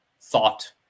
thought